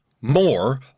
more